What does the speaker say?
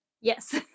Yes